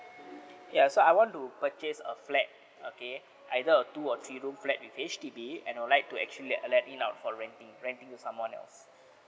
ya so I want to purchase a flat okay either a two or three room flat with H_D_B and I would like to actually let let it out for renting renting to someone else